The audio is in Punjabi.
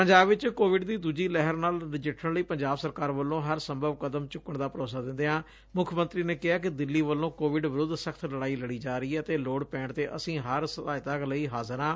ਪੰਜਾਬ ਵਿੱਚ ਕੋਵਿਡ ਦੀ ਦੁਜੀ ਲਹਿਰ ਨਾਲ ਨਜਿੱਠਣ ਲਈ ਪੰਜਾਬ ਸਰਕਾਰ ਵੱਲੋਂ ਹਰ ਸੰਭਵ ਕਦਮ ਚੁੱਕਣ ਦਾ ਭਰੋਸਾ ਦਿੰਦਿਆਂ ਮੁੱਖ ਮੰਤਰੀ ਨੇ ਕਿਹਾ ਦਿੱਲੀ ਵਲੋਂ ਕੋਵਿਡ ਵਿਰੁੱਧ ਸਖਤ ਲੜਾਈ ਲੜੀ ਜਾ ਰਹੀ ਏ ਅਤੇ ਲੋੜ ਪੈਣ ਤੇ ਅਸੀ ਹਰ ਸਹਾਇਤਾ ਲਈ ਹਾਜ਼ਰ ਹਾਂ